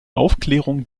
aufklärung